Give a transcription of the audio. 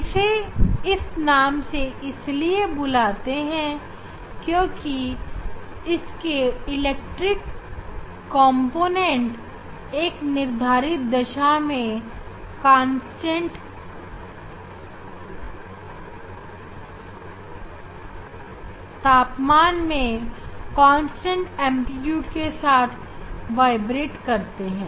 इसे इस नाम से इसीलिए बुलाते हैं क्योंकि इसके इलेक्ट्रिक कॉम्पोनेंट एक निर्धारित दिशा में कांस्टेंट तापमान में कांस्टेंट एंप्लीट्यूड के साथ वाइब्रेट करते हैं